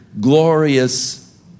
glorious